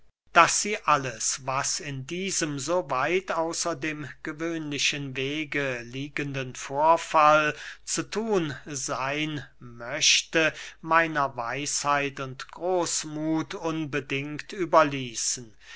daß sie alles was in diesem so weit außer dem gewöhnlichen wege liegenden vorfall zu thun seyn möchte meiner weisheit und großmuth unbedingt überließen